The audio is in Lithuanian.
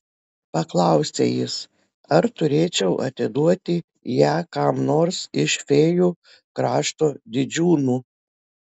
paklausė jis ar turėčiau atiduoti ją kam nors iš fėjų krašto didžiūnų